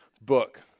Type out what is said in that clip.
book